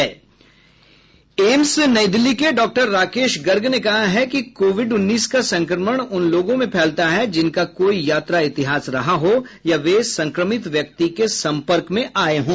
AIIMS नई दिल्ली के डॉ राकेश गर्ग ने कहा कि कोविड उन्नीस का संक्रमण उन लोगों में फैलता है जिनका कोई यात्रा इतिहास रहा हो या वे संक्रमित व्यक्ति के सम्पर्क में आये हों